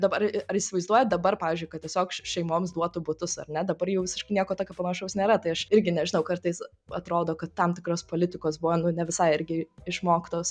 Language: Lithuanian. dabar ar įsivaizduojat dabar pavyzdžiui kad tiesiog šeimoms duotų butus ar ne dabar jau visiškai nieko tokio panašaus nėra tai aš irgi nežinau kartais atrodo kad tam tikros politikos buvo nu nevisai irgi išmoktos